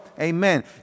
Amen